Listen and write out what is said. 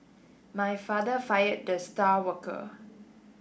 my father fired the star worker